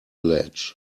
ledge